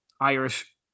Irish